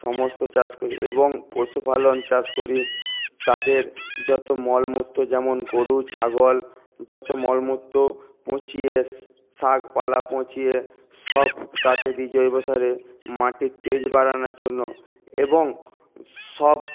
সমস্ত চাষ করি এবং পশুপালন চাষ করি তাদের যত মল মূত্র যেমন গরু ছাগল যত মল মূত্র পচিয়ে শাকপালা পচিয়ে সব প্রাকৃতিক জৈব সারের মাটির তেজ বাড়ানোর জন্য এবং সব